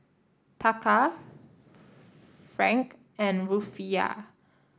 Taka franc and Rufiyaa